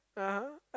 (uh huh)